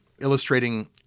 illustrating